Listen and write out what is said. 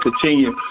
continue